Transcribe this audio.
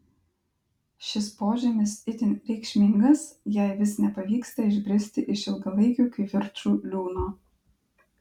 šis požymis itin reikšmingas jei vis nepavyksta išbristi iš ilgalaikių kivirčų liūno